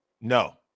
no